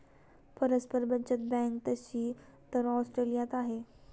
परस्पर बचत बँक तशी तर ऑस्ट्रेलियात आहे